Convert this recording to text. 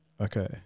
Okay